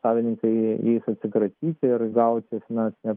savininkai jais atsikratyti ir gauti finansinę